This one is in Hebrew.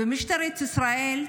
ומשטרת ישראל,